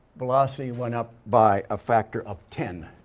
velocity went up by a factor of ten.